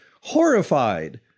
horrified